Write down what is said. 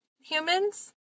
humans